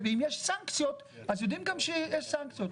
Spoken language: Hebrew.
ואם יש סנקציות אז יודעים שיש גם סנקציות.